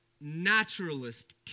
naturalist